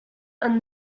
and